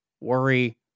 worry